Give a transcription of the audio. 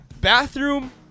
Bathroom